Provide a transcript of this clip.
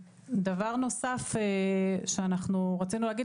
דבר נוסף שרצינו להגיד,